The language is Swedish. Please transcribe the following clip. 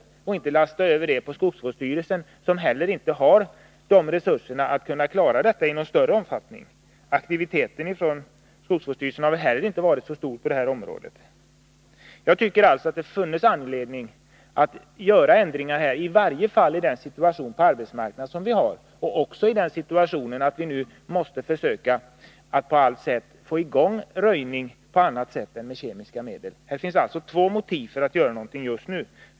Man kan inte lasta över den här uppgiften på skogsvårdsstyrelsen, som inte har resurser att klara den i någon större omfattning. Skogsvårdsstyrelsens aktivitet på det här området har inte heller varit särskilt stor. Jag tycker att det funnes anledning att ändra reglerna med tanke på den situation på arbetsmarknaden som vi har f. n. och även med tanke på att vi nu måste försöka få i gång röjning på annat sätt än med kemiska medel. Det finns alltså två motiv för att göra någonting just nu.